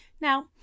Now